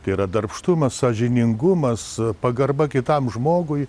tai yra darbštumas sąžiningumas pagarba kitam žmogui